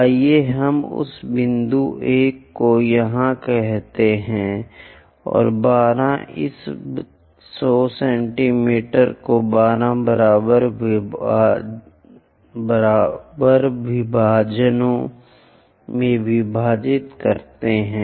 आइए हम उस बिंदु 1 को यहां कहते हैं और 12 इस 100 मिमी को 12 बराबर विभाजनों में विभाजित करते हैं